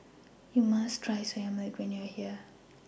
YOU must Try Soya Milk when YOU Are here